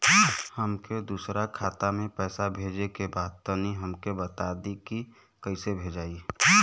हमके दूसरा खाता में पैसा भेजे के बा तनि हमके बता देती की कइसे भेजाई?